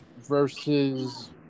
versus